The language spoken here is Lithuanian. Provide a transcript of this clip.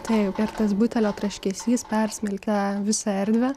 taip ir tas butelio traškesys persmelkia visą erdvę